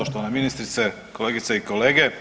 Poštovana ministrice, kolegice i kolege.